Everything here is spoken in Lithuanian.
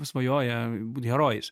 svajoja būt herojais